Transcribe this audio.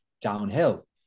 downhill